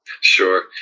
Sure